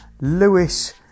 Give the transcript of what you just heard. Lewis